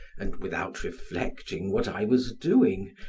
and, without reflecting what i was doing,